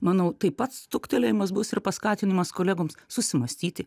manau taip pat stuktelėjimas bus ir paskatinimas kolegoms susimąstyti